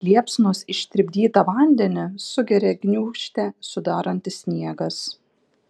liepsnos ištirpdytą vandenį sugeria gniūžtę sudarantis sniegas